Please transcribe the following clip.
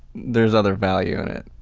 there's other value in it.